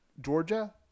Georgia